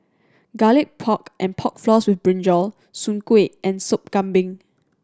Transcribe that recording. Garlic Pork and Pork Floss with brinjal soon kway and Sop Kambing